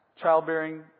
childbearing